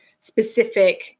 specific